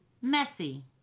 Messy